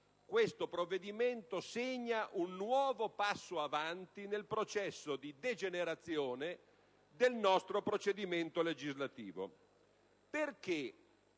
questo provvedimento segna un nuovo passo avanti nel processo di degenerazione del nostro procedimento legislativo. Una